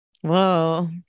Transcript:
Whoa